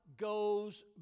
goes